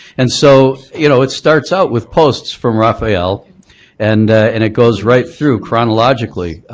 and so you know it starts out with posts from rafael and and it goes right through chronologically.